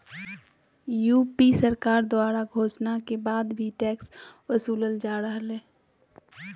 UP सरकार द्वारा घोषणा के बाद भी टैक्स वसूलल जा रहलय